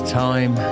time